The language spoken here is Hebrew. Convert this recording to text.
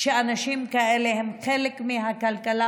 שאנשים כאלה הם חלק מהכלכלה,